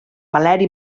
valeri